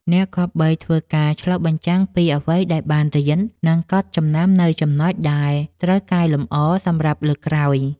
អ្នកគប្បីធ្វើការឆ្លុះបញ្ចាំងពីអ្វីដែលបានរៀន និងកត់ចំណាំនូវចំណុចដែលត្រូវកែលម្អសម្រាប់លើកក្រោយ។